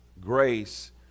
grace